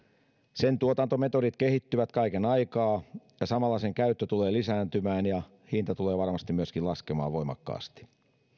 sen tuotantometodit kehittyvät kaiken aikaa ja samalla sen käyttö tulee lisääntymään ja hinta tulee varmasti myöskin laskemaan voimakkaasti